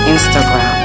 Instagram